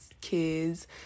kids